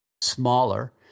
smaller